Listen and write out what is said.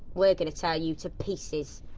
we're going to tear you to pieces!